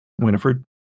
Winifred